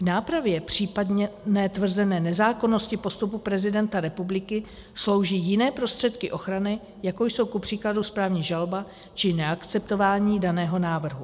K nápravě, případně ne tvrzené nezákonnosti postupu prezidenta republiky slouží jiné prostředky ochrany, jako jsou kupříkladu správní žaloba či neakceptování daného návrhu.